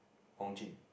Hong Jing